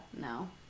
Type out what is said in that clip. no